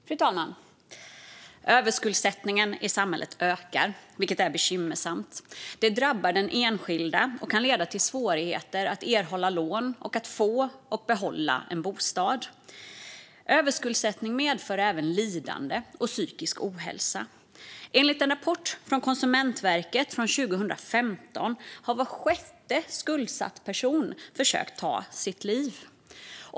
Fru talman! Överskuldsättningen i samhället ökar, vilket är bekymmersamt. Det drabbar den enskilda och kan leda till svårigheter att erhålla lån och att få och behålla en bostad. Överskuldsättning medför även lidande och psykisk ohälsa. Enligt en rapport från Konsumentverket från 2015 har var sjätte skuldsatt person försökt ta sitt liv.